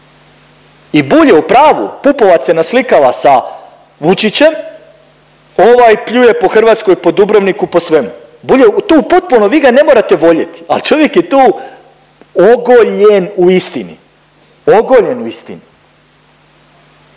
i Bulj je u pravu, Pupovac se naslikava sa Vučićem, ovaj pljuje po Hrvatskoj, po Dubrovniku, po svemu, Bulj je tu potpuno, vi ga ne morate voljeti a čovjek je tu ogoljen u istini, ogoljen u istini,